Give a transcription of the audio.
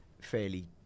fairly